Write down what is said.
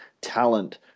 talent